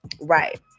right